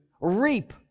reap